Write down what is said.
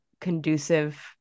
conducive